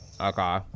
Okay